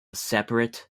separate